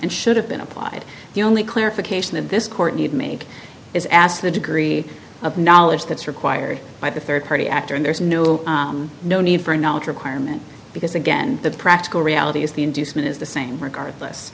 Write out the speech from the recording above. and should have been applied to only clarification of this court need made is asked the degree of knowledge that's required by the third party actor and there's no no need for a knowledge requirement because again the practical reality is the inducement is the same regardless